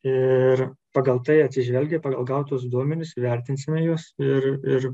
ir pagal tai atsižvelgę pagal gautus duomenis įvertinsime juos ir ir